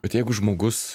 bet jeigu žmogus